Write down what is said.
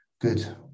good